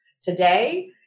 today